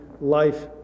life